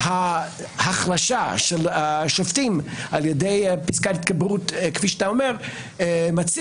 שהחלשה של השופטים על ידי פסקת התגברות כפי שאתה מציע,